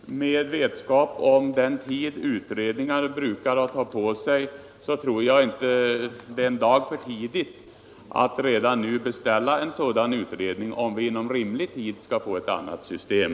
Herr talman! Med vetskap om den tid utredningar brukar ta på sig tror jag inte det är en dag för tidigt att redan nu beställa en sådan utredning, om vi inom rimlig tid skall få ett annat system.